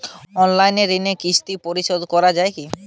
Online ঋণের কিস্তি পরিশোধ করা যায় কি?